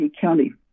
County